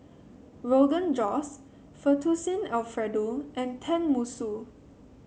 Rogan Josh Fettuccine Alfredo and Tenmusu